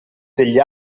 degli